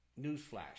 newsflash